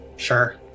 sure